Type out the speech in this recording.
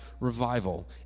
revival